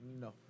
no